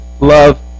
love